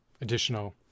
additional